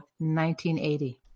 1980